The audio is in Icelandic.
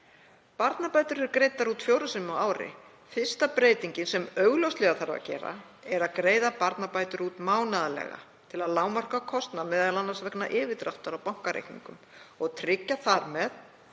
Barnabætur eru greiddar út fjórum sinnum á ári. Fyrsta breytingin sem augljóslega þarf að gera er að greiða barnabætur út mánaðarlega til að lágmarka kostnað, m.a. vegna yfirdráttar á bankareikningum, og tryggja þar með